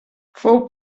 fou